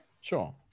sure